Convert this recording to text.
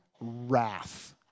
wrath